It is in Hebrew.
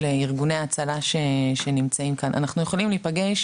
ארגוני ההצלה שנמצאים כאן: אנחנו יכולים להיפגש